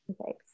Okay